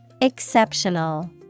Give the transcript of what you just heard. Exceptional